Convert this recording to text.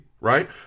right